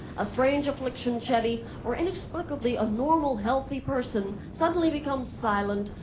a strange affliction, chevy, where inexplicably, a normal, healthy person suddenly becomes silent,